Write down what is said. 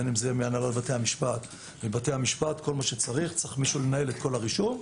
בין מהנהלת בתי המשפט צריך מישהו שינהל את כל הרישום.